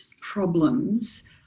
problems